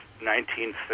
1930